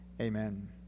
amen